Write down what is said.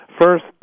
First